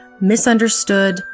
misunderstood